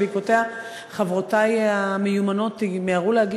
שבעקבותיה חברותי המיומנות מיהרו להגיש,